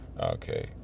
Okay